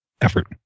effort